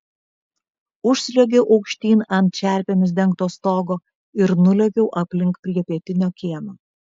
užsliuogiau aukštyn ant čerpėmis dengto stogo ir nulėkiau aplink prie pietinio kiemo